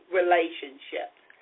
relationships